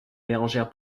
bérengère